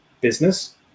business